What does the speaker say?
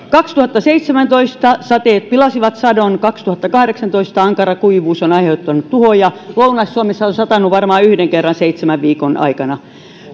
kaksituhattaseitsemäntoista sateet pilasivat sadon kaksituhattakahdeksantoista ankara kuivuus on aiheuttanut tuhoja lounais suomessa on satanut varmaan yhden kerran seitsemän viikon aikana